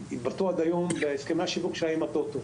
התבטאה עד היום בהסכמי השיווק שהיו עם הטוטו.